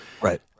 Right